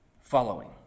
Following